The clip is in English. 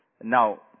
Now